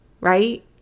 Right